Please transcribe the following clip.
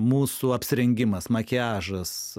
mūsų apsirengimas makiažas